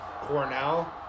Cornell